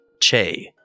Che